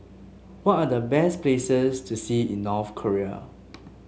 what are the best places to see in North Korea